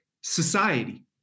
society